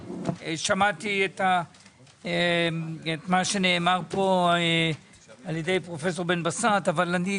שמעתי את מה שנאמר כאן על ידי פרופ' בן בסט אבל גם